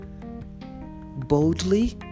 boldly